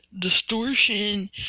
distortion